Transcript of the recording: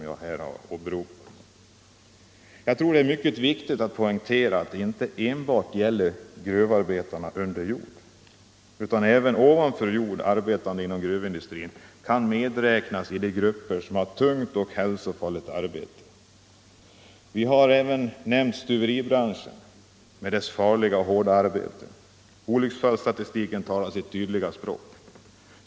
Jag tror att det är mycket viktigt att poängtera att detta inte enbart gäller gruvarbetarna under jord, utan även ovanför jord arbetande inom gruvindustrin kan medräknas i de grupper som har tungt och hälsofarligt arbete. Vi har även nämnt stuveribranschen med dess farliga och hårda arbete; olycksfallsstatistiken talar sitt tydliga språk.